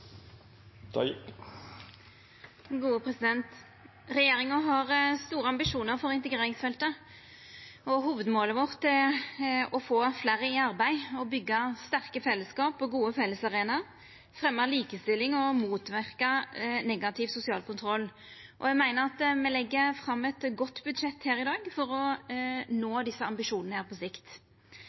integreringsfeltet, og hovudmålet vårt er å få fleire i arbeid, byggja sterke fellesskap og gode fellesarenaer, fremja likestilling og motverka negativ sosial kontroll. Eg meiner at me legg fram eit godt budsjett her i dag for å nå desse ambisjonane på sikt.